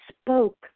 spoke